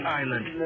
island